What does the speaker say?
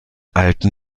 alten